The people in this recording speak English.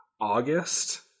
August